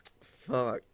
Fuck